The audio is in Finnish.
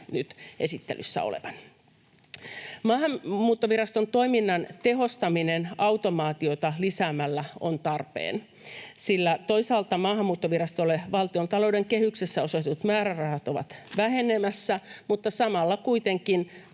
nyt esittelyssä olevan. Maahanmuuttoviraston toiminnan tehostaminen automaatiota lisäämällä on tarpeen, sillä toisaalta Maahanmuuttovirastolle valtiontalouden kehyksissä osoitetut määrärahat ovat vähenemässä, mutta samalla kuitenkin